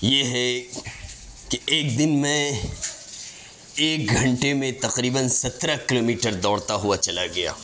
یہ ہے کہ ایک دن میں ایک گھنٹے میں تقریباً سترہ کلو میٹر دوڑتا ہوا چلا گیا